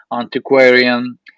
Antiquarian